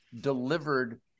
delivered